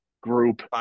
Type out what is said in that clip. group